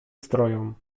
strojom